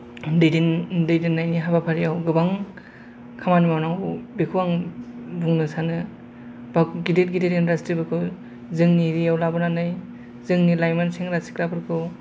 दैदेन दैदेननायनि हाबाफारिआव गोबां खामानि मावनांगौ बेखौ आं बुंनो सानो बा गिदिर गिदिर इन्दास्ट्रिफोरखौ जोंनि एरियायाव लाबोनानै जोंनि लाइमोन सेंग्रा सिख्लाफोरखौ